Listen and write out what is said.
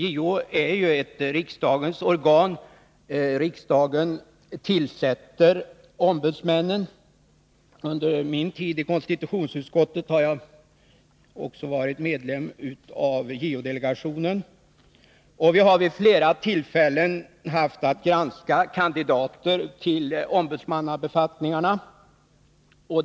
JO är ju ett riksdagens organ vars ombudsmän riksdagen tillsätter. Under min tid i KU har jag också varit medlem av JO-delegationen. Vihar Nr 23 där vid flera tillfällen haft att granska kandidater till ombudsmannabefatt Onsdagen den ningarna.